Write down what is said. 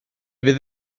fydd